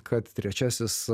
kad trečiasis